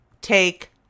take